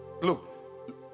look